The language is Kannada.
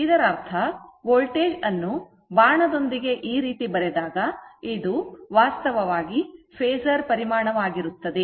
ಇದರರ್ಥ ವೋಲ್ಟೇಜ್ ಅನ್ನು ಬಾಣದೊಂದಿಗೆ ಈ ರೀತಿ ಬರೆದಾಗ ಇದು ವಾಸ್ತವವಾಗಿ ಫೇಸರ್ ಪರಿಮಾಣವಾಗಿರುತ್ತದೆ